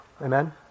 Amen